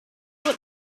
what